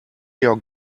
your